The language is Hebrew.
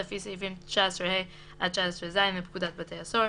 לפי סעיפים 19ה עד 19ז לפקודת בתי הסוהר.